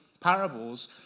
parables